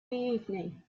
evening